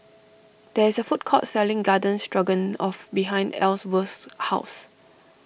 there is a food court selling Garden Stroganoff behind Ellsworth's house